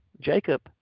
Jacob